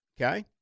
Okay